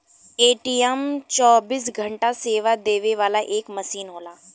ATM चौबीस घंटा सेवा देवे वाला एक मसीन होला